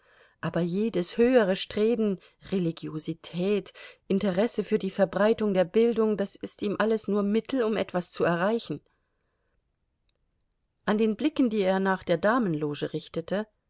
aber jedes höhere streben religiosität interesse für die verbreitung der bildung das ist ihm alles nur mittel um etwas zu erreichen an den blicken die er nach der damenloge richtete